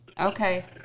Okay